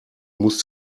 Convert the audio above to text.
musst